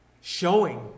showing